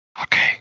Okay